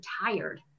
tired